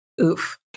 oof